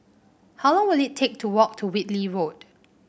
how long will it take to walk to Whitley Road